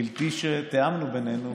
בלי שתיאמנו בינינו,